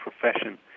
profession